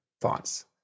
thoughts